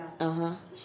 (uh huh)